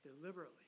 deliberately